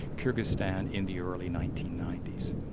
kyrgyzstan in the early nineteen ninety s.